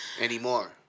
anymore